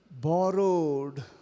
borrowed